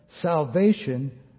salvation